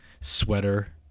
sweater